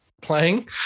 playing